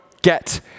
get